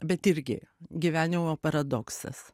bet irgi gyvenimo paradoksas